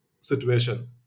situation